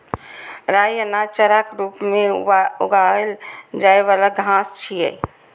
राइ अनाज, चाराक रूप मे उगाएल जाइ बला घास छियै